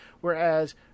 whereas